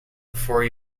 before